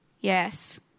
Yes